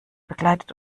begleitet